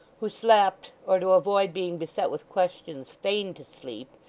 who slept, or, to avoid being beset with questions, feigned to sleep,